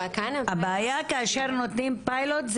הבעיה כאשר נותנים פיילוט,